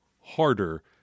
harder